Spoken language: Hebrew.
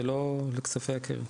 זה לא לכספי הקרן.